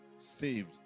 saved